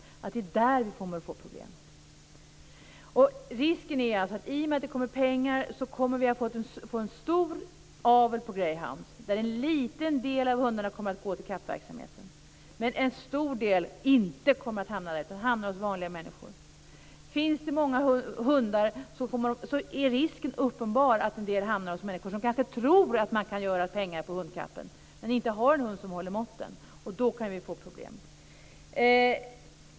I och med att det kommer in pengar är risken att vi får en stor avel på hundrasen greyhound, där en liten del av hundarna kommer att gå till kapplöpningsverksamheten. Men en stor del av hundarna kommer inte att hamna där utan hos vanliga människor. Om det finns många hundar är risken uppenbar att en del hamnar hos människor som kanske tror att de kan göra pengar på hundkapplöpning men inte har en hund som håller måtten, och då kan det bli problem.